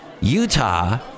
Utah